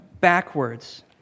backwards